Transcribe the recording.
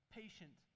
patient